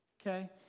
Okay